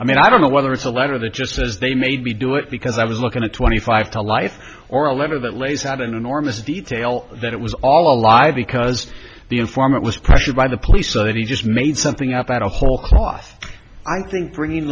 i mean i don't know whether it's a letter that just as they made me do it because i was looking at twenty five to life or a letter that lays out an enormous detail that it was all a lie because the informant was pressured by the police so that he just made something up out a whole cloth i think bringing